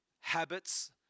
habits